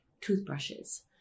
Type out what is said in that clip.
toothbrushes